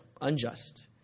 unjust